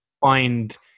find